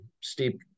steep